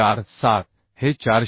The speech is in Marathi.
47 हे 428